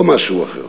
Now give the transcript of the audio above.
לא משהו אחר.